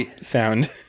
sound